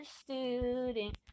student